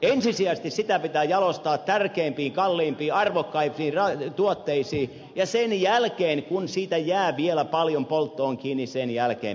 ensisijaisesti sitä pitää jalostaa tärkeämpiin kalliimpiin arvokkaisiin tuotteisiin ja sen jälkeen kun siitä jää vielä paljon polttoonkin sitä pitää polttaa